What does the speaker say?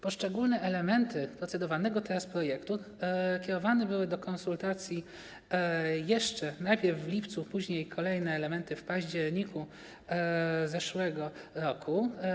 Poszczególne elementy procedowanego teraz projektu kierowane były do konsultacji najpierw w lipcu, później kolejne elementy - w październiku zeszłego roku.